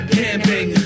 camping